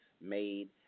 made